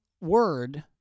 word